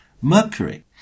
Mercury